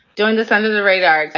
doing this under the radar.